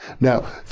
Now